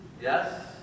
Yes